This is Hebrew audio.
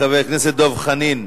חבר הכנסת דב חנין,